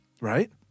right